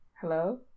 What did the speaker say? Hello